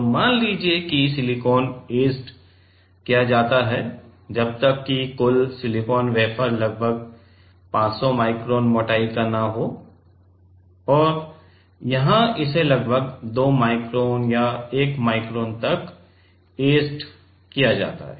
तो मान लीजिए कि सिलिकॉन ऐचेड किया जाता है जब तक कि कुल सिलिकॉन वेफर लगभग 500 माइक्रोन मोटाई का न हो और यहां इसे लगभग 2 माइक्रोन या 1 माइक्रोन तक ऐचेड किया जाता है